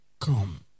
come